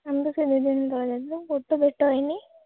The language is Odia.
ଆମର ସେ ତିନି ଦିନ ତଳେ ଯାଇଥିଲୁ କୋଉଠି ତ ଭେଟ ହୋଇନି